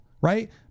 right